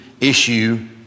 issue